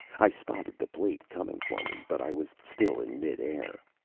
i spotted the plate coming for me, but i was still in midair.